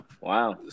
Wow